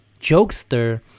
Jokester